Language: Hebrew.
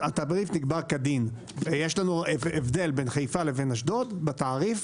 יש הבדל בין חיפה לאשדוד בתעריף